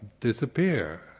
disappear